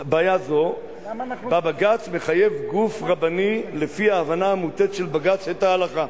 זו שבה בג"ץ מחייב גוף רבני לפי ההבנה המוטעית של בג"ץ את ההלכה.